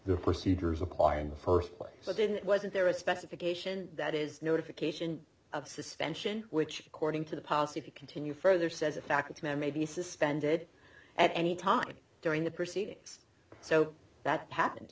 the procedures applying the first place so didn't wasn't there a specification that is notification of suspension which according to the policy if you continue further says a fact ma'am may be suspended at any time during the proceedings so that happened